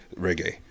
reggae